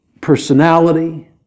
personality